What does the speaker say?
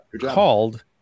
called